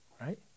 right